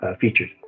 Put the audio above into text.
features